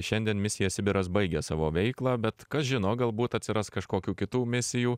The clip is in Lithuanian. šiandien misija sibiras baigia savo veiklą bet kas žino galbūt atsiras kažkokių kitų misijų